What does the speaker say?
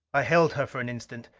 i held her for an instant,